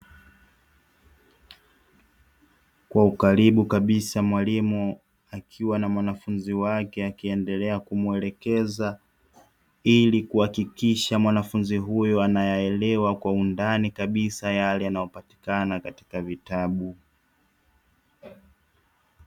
Kwa ukaribu kabisa mwalimu akiwa na mwanafunzi wake, akiendelea kumwelekeza ili kuhakikisha mwanafunzi huyo anayaelewa kwa undani kabisa yale yanayopatikana katika vitabu.